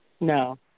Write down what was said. No